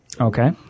Okay